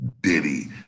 Diddy